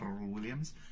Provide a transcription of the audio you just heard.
Williams